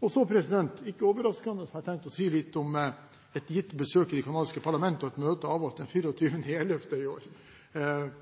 Ikke overraskende har jeg tenkt å si litt om et visst besøk i det canadiske parlamentet og et møte avholdt den 24. november i år.